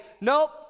Nope